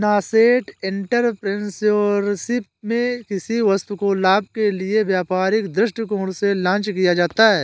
nascent entrepreneurship में किसी वस्तु को लाभ के लिए व्यापारिक दृष्टिकोण से लॉन्च किया जाता है